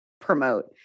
promote